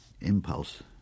impulse